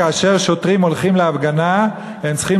כאשר שוטרים הולכים להפגנה הם צריכים